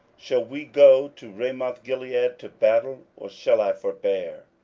shall we go to ramothgilead to battle, or shall i forbear?